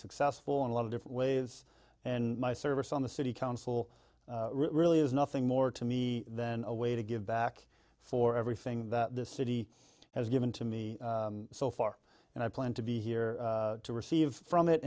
successful in a lot of different ways and my service on the city council really is nothing more to me than a way to give back for everything the city has given to me so far and i plan to be here to receive from it